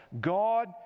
God